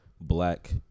black